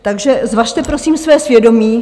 Takže zvažte, prosím, své svědomí.